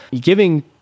giving